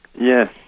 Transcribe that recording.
Yes